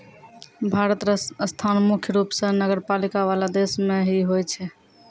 भारत र स्थान मुख्य रूप स नगरपालिका वाला देश मे ही होय छै